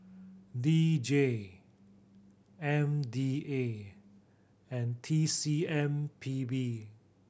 D J M D A and T C M P B